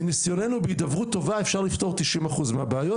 מניסיוננו בהידברות טובה אפשר לפתור 90% מהבעיות.